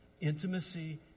intimacy